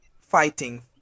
fighting